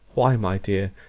why, my dear,